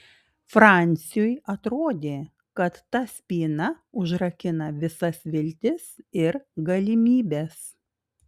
franciui atrodė kad ta spyna užrakina visas viltis ir galimybes